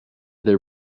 their